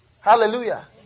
Hallelujah